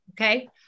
okay